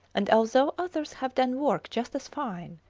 and although others have done work just as fine,